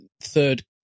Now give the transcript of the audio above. third